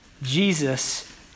Jesus